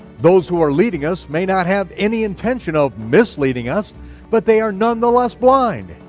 those who are leading us may not have any intention of misleading us but they are nonetheless blind,